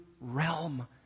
realm